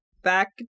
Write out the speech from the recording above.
back